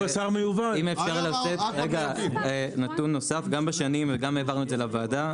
אם אפשר לתת נתון נוסף, וגם העברנו את זה לוועדה.